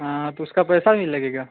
हाँ तो उसका पैसा भी लगेगा